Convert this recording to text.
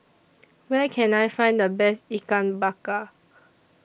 Where Can I Find The Best Ikan Bakar